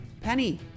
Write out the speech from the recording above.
Penny